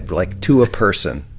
like, to a person.